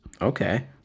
okay